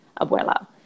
abuela